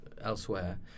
elsewhere